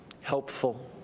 helpful